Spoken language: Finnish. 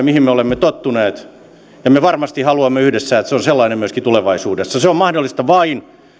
mihin me olemme tottuneet ja me varmasti haluamme yhdessä että se on sellainen myöskin tulevaisuudessa se on mahdollista vain